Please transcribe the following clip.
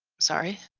sorry.